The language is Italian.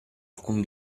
alcun